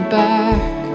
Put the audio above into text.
back